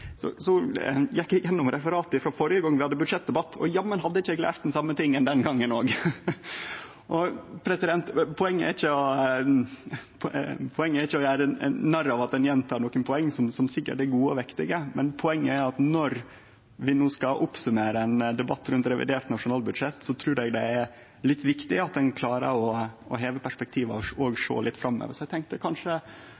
så gjekk eg igjennom referatet frå førre gong vi hadde budsjettdebatt, og jammen hadde eg ikkje lært det same den gongen òg. Poenget er ikkje å gjere narr av at ein gjentek poeng, som sikkert er gode og vektige, men poenget er at når vi no skal summere opp ein debatt om revidert nasjonalbudsjett, trur eg det er litt viktig at ein klarar å heve perspektiva og